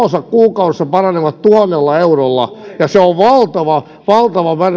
osa tulot paranevat tuhannella eurolla kuukaudessa ja se on valtava valtava